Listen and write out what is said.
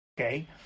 Okay